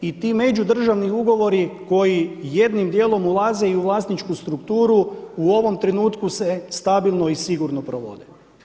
I ti međudržavni ugovori koji jednim dijelom ulaze i u vlasničku strukturu, u ovom trenutku se stabilno i sigurno provode.